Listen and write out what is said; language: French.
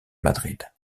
madrid